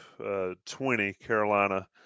20-Carolina